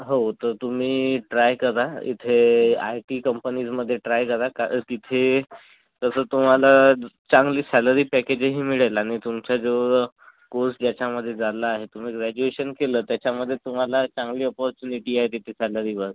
हो तर तुम्ही ट्राय करा इथे आय टी कंपनीजमध्ये ट्राय करा कार तिथे तसं तुम्हाला चांगली सॅलरी पॅकेजही मिळेल आणि तुमचा जो कोर्स ज्याच्यामध्ये झाला आहे तुम्ही ग्रेजुएशन केलं त्याच्यामध्ये तुम्हाला चांगली ऑपर्च्युनिटी आहे तिथे सॅलरीवर